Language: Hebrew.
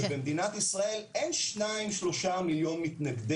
שבמדינת ישראל אין שניים-שלושה מיליון מתנגדי